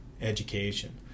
education